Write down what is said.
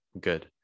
good